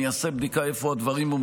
אני אעשה בדיקה איפה הדברים עומדים.